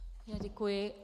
Děkuji.